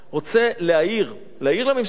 רוצה להעיר, להעיר לממשלה,